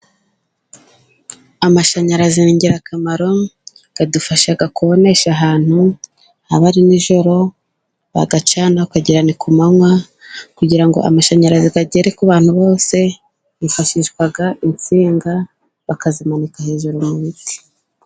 Amashanyarazi ni ingirakamaro adufasha kubonesha ahantu, haba ari nijoro bagacana ukagira ni ku manywa, kugira ngo amashanyarazi agere ku bantu bose, hifashishwa insinga bakazimanika hejuru mu biti.